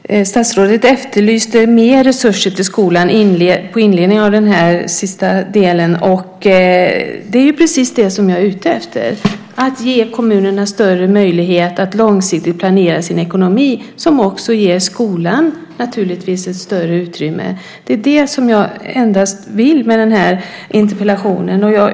Fru talman! Statsrådet efterlyste mer resurser till skolan i inledningen av det sista inlägget. Det är ju precis det som jag är ute efter, att ge kommunerna större möjlighet att långsiktigt planera sin ekonomi, som naturligtvis också ger skolan ett större utrymme. Det är endast det som jag vill med den här interpellationen.